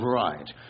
right